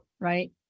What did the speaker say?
right